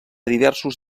diversos